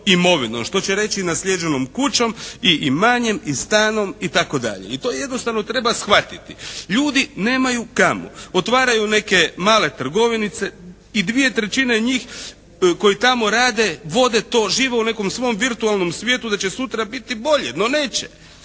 imovinom što će reći naslijeđenom kućom i imanjem i stanom itd., i to jednostavno treba shvatiti. Ljudi nemaju kamo. Otvaraju neke male trgovinice i 2/3 njih koji tamo rade vode to, žive u nekom svom virtualnom svijetu da će sutra biti bolje. No neće.